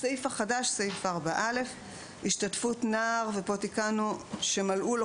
הסעיף החדש 4(א): תיקנו פה: "שמלאו לו